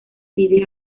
pide